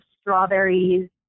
strawberries